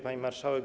Pani Marszałek!